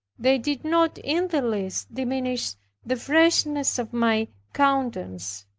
they did not in the least diminish the freshness of my countenance.